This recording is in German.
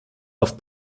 auf